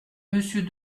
monsieur